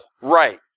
Right